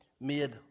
made